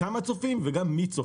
כמה צופים וגם מי צופה.